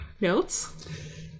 notes